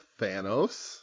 Thanos